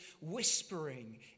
whispering